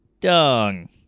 dung